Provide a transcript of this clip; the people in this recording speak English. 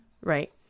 Right